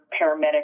paramedic